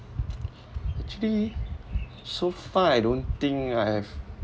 actually so far I don't think I have